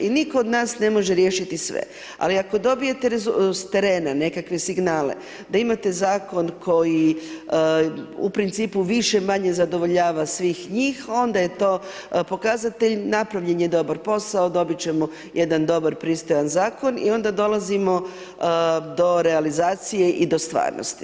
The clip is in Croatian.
I nitko od nas ne može riješiti sve, ali ako dobijete s terena nekakve signale da imate zakon koji u principu više-manje zadovoljava svih njih onda je to pokazatelj, napravljen je dobar posao, dobit ćemo jedan dobar pristojan zakon i onda dolazimo do realizacije i do stvarnosti.